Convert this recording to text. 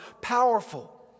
powerful